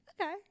Okay